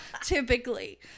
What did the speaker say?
typically